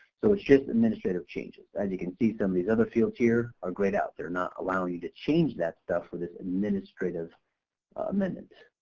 so it's just administrative changes, as you can see some of these other fields here are grayed out, they're not allowing you to change that stuff with this administrative amendment.